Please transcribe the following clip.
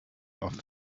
off